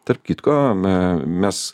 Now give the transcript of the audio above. tarp kitko na mes